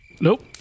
Nope